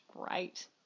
great